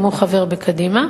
גם הוא חבר בקדימה.